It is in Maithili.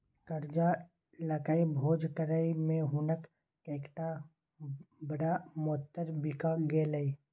करजा लकए भोज करय मे हुनक कैकटा ब्रहमोत्तर बिका गेलै